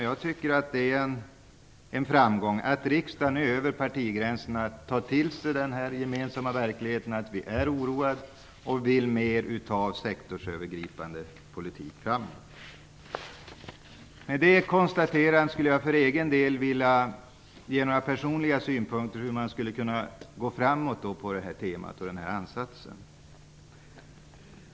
Jag tycker att det är en framgång att riksdagen över partigränserna tar till sig den gemensamma verkligheten att vi är oroade och att vi vill ha mera sektorsövergripande politik. Efter det konstaterandet skulle jag för egen del vilja komma med några personliga synpunkter om hur man skulle kunna gå vidare på det här temat och med den här ansatsen.